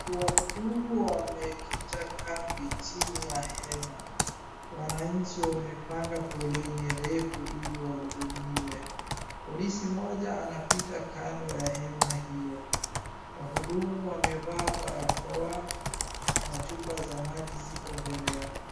Wahudumu wamekita kambi chini ya hema. Wananchi wamepanga foleni refu ili wahudumiwe. Polisi moja anapita kando ya hema hio. Wahudumu wamevaa barakoa na chupa za maji ziko mbele yao.